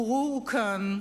וראו הוא כאן,